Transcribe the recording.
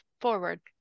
forward